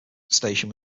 station